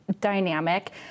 dynamic